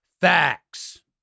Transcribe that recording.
Facts